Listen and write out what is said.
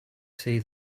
see